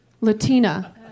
Latina